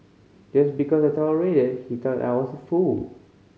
just because I tolerated he thought I was a fool